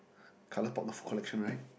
ColourPop collection right